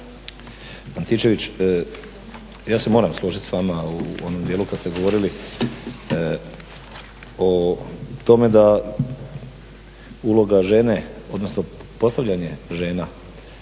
Antičević. Ja se moram složit s vama u onom dijelu kad ste govorili o tome da uloga žene, odnosno postavljanje žena